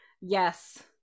Yes